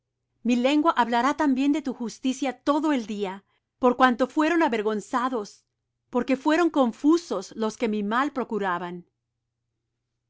mi lengua hablará también de tu justicia todo el día por cuanto fueron avergonzados porque fueron confusos los que